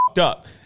up